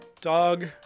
Dog